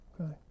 Okay